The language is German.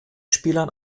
spielern